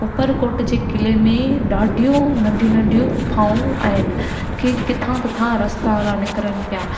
ऊपरकोट जे क़िले में ॾाढियूं नंढियूं नंढियूं गुफाऊं आहिनि कि किथां किथां रस्ता था निकिरनि पिया